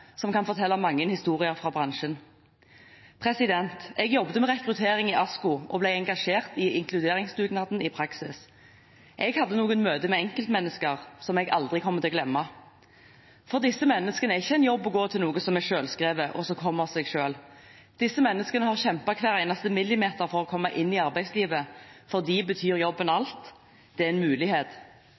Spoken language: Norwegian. som kan fortelle mange historier fra bransjen. Jeg jobbet med rekruttering i ASKO og ble engasjert i inkluderingsdugnaden i praksis. Jeg hadde noen møter med enkeltmennesker som jeg aldri kommer til å glemme. For disse menneskene er ikke en jobb å gå til noe som er selvskrevet, og som kommer av seg selv. Disse menneskene har kjempet hver eneste millimeter for å komme inn i arbeidslivet. For dem betyr jobben alt, det er en mulighet.